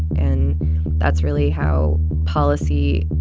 and that's really how policy